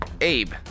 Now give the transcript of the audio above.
Abe